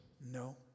no